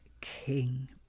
king